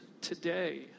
today